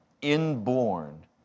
inborn